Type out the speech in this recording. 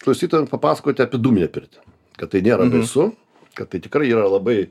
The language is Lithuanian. klausytojam papasakoti apie dūminę pirtį kad tai nėra baisu kad tai tikrai yra labai